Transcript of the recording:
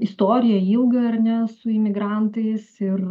istoriją ilgą ar ne su imigrantais ir